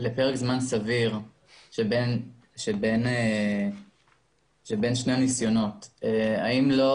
לפרק זמן סביר שבין שני הניסיונות, האם לא